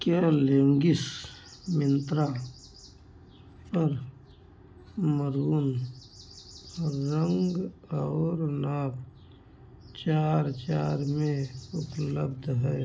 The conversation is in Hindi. क्या लेगिंग्स मिंत्रा पर मरून रंग और नाप चार चार में उपलब्ध है